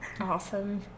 Awesome